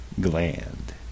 Gland